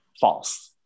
False